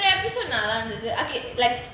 but எப்படி சொன்ன அந்த அது:epdi sonna antha athu okay like